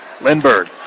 Lindbergh